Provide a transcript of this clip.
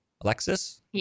Alexis